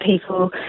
people